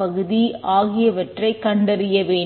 பகுதி ஆகியவற்றைக் கண்டறிய வேண்டும்